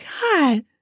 God